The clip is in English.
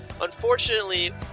Unfortunately